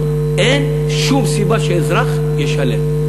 אין שום סיבה שאזרח ישלם.